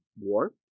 war